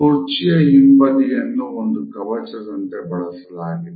ಕುರ್ಚಿಯ ಹಿಂಬದಿಯನ್ನು ಒಂದು ಕವಚದಂತೆ ಬಳಸಲಾಗಿದೆ